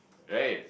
right